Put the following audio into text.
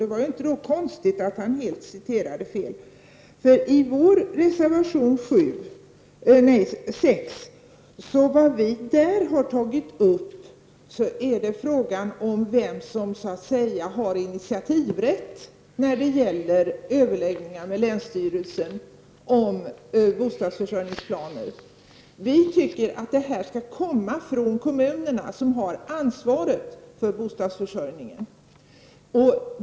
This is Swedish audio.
Därför är det inte så konstigt att han citerade mig helt fel. Vad vi i folkpartiet har tagit upp i vår reservation nr 6 är frågan om vem som så att säga har initiativrätt när det gäller överläggningar med länsstyrelsen om bostadsförsörjningsplaner. Vi tycker att en begäran först skall komma från kommunerna, som har ansvaret för bostadsförsörjningen.